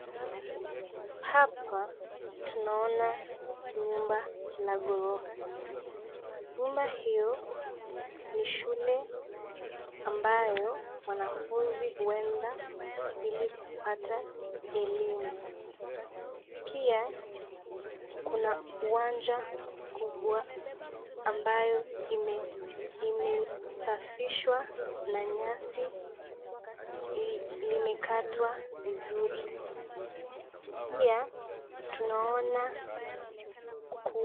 Hapa tunaona nyumba na ghorofa, nyumba iyo ni shule ambayo wanafunzi huenda ilikupata elimu, pia kuna uwanja mkubwa ambayo imesafishwa na nyasi limekatwa vizuri, pia tunaona ku